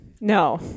No